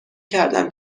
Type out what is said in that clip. کردم